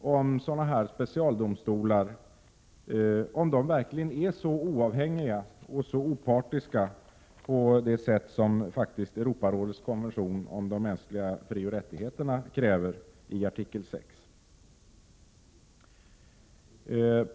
om sådana specialdomstolar verkligen är oavhängiga och opartiska på det sätt som Europarådets konvention om de mänskliga frioch rättigheterna kräver i artikel 6.